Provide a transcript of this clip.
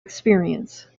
experience